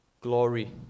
glory